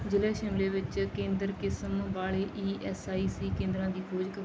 ਜ਼ਿਲ੍ਹੇ ਸ਼ਿਮਲਾ ਵਿੱਚ ਕੇਂਦਰ ਕਿਸਮ ਵਾਲੇ ਈ ਐਸ ਆਈ ਸੀ ਕੇਂਦਰਾਂ ਦੀ ਖੋਜ ਕਰੋ